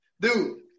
Dude